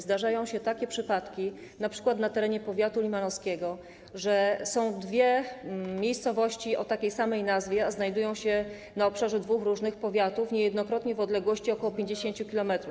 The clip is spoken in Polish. Zdarzają się takie przypadki, np. na terenie powiatu limanowskiego, że są dwie miejscowości o takiej samej nazwie, a znajdują się na obszarze dwóch różnych powiatów, niejednokrotnie w odległości ok. 50 km.